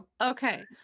Okay